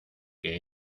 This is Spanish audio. que